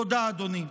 תודה, אדוני.